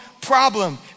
problem